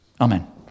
Amen